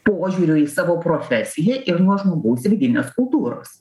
požiūrio į savo profesiją ir nuo žmogaus religinės kultūros